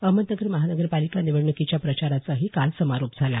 अहमदनगर महानगरपालिका निवडणुकीच्या प्रचाराचा काल समारोप झाला